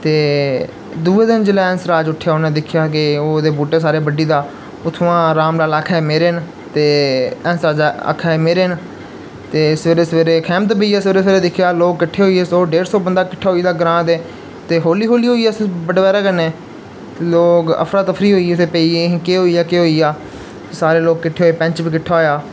ते दूए दिन जेल्लै हैंस राज उट्ठेआ उ'नें दिक्खेआ के ओह्दे बूह्टे सारे बड्ढी दा उत्थूं दा राम लाल आक्खै मेरे न ते हैंस राज आक्खै मेरे न ते सवेरे सवेरे खैमद पेया सवेरे सवेरे दिक्खेआ लोग कट्ठे होई गे सौ डेढ़ सौ बंदा किट्ठे होई दे ग्रांऽ दे ते होली होली होई गेआ बड्डै पैह्रै कन्नै लोग अफरा तफरी होई गेई ते भई अहें केह् होई गेआ केह् होई गेआ सारे लोग किट्ठे होई पैंच बी किट्ठा होएआ